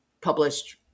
published